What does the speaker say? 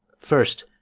first,